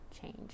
change